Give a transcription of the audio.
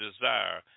desire